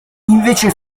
invece